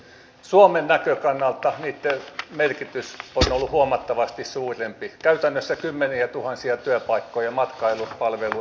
suomen näkökannalta niitten merkitys on ollut huomattavasti suurempi käytännössä kymmeniätuhansia työpaikkoja matkailu palvelu ja elintarviketeollisuudessa